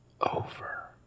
Over